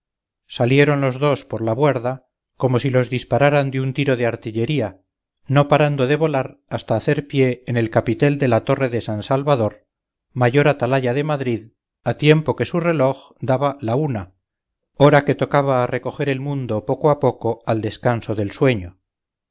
salieron los dos por la buarda como si los dispararan de un tiro de artillería no parando de volar hasta hacer pie en el capitel de la torre de san salvador mayor atalaya de madrid a tiempo que su reloj daba la una hora que tocaba a recoger el mundo poco a poco al descanso del sueño